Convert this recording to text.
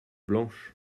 blanche